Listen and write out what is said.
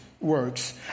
works